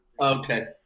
Okay